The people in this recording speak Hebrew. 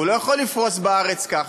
הוא לא יכול לפרוס בארץ ככה,